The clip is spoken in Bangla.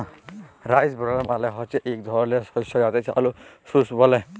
রাইস ব্রল মালে হচ্যে ইক ধরলের শস্য যাতে চাল চুষ ব্যলে